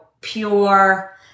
pure